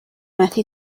methu